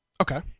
Okay